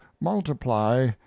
multiply